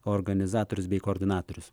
organizatorius bei koordinatorius